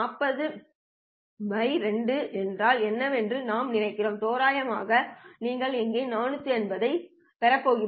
50 இந்த பக்கத்தில் 452 என்றால் என்னவென்று நான் நினைக்கிறேன் தோராயமாக நீங்கள் இங்கே 450 ஐப் பெறப் போகிறீர்கள்